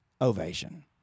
ovation